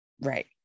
Right